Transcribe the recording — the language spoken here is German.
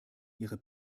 ihrer